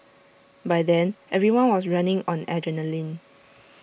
by then everyone was running on adrenaline